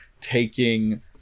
taking